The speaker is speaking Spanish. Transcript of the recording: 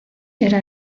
era